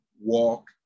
walk